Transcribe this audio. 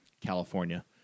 California